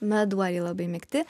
meduoliai labai mėgti